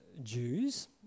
Jews